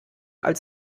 als